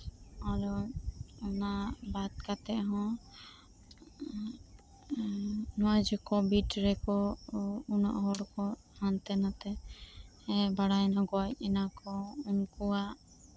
ᱟᱨᱳ ᱚᱱᱟ ᱵᱟᱛ ᱠᱟᱛᱮᱜ ᱦᱚᱸ ᱱᱚᱣᱟ ᱡᱮ ᱠᱚᱵᱷᱤᱰ ᱨᱮᱠᱩ ᱩᱱᱟᱹᱜ ᱦᱚᱲᱠᱩ ᱦᱟᱱᱛᱮ ᱱᱟᱛᱮ ᱵᱟᱲᱟᱭ ᱱᱟ ᱜᱚᱡ ᱮᱱᱟᱠᱩ ᱩᱱᱠᱩᱣᱟᱜ